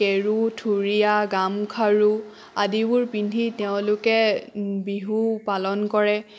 কেৰু থুৰীয়া গামখাৰু আদিবোৰ পিন্ধি তেওঁলোকে বিহু পালন কৰে